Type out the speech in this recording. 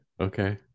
okay